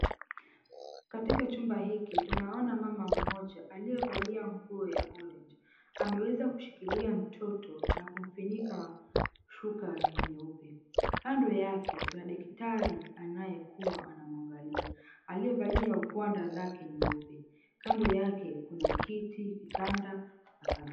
Katika chumba hiki tunaona mama mmoja aliyevalia nguo ya orange . Ameweza kushikilia mtoto na kumfunika shuka nyeupe. Kando yake kuna daktari anayekuwa anamwangalia, aliyevalia guanda lake nyeupe. Kando yake kuna kiti, kitanda, 𝑛𝑎 kadhalika.